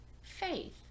faith